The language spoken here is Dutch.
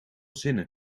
zinnen